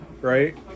right